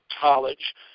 college